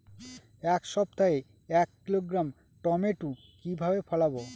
এক সপ্তাহে এক কিলোগ্রাম টমেটো কিভাবে ফলাবো?